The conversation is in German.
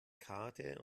karte